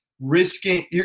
risking –